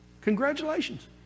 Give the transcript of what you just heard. Congratulations